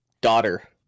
daughter